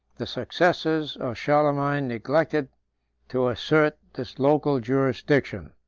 the successors of charlemagne neglected to assert this local jurisdiction.